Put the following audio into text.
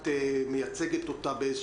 את מייצגת אותה?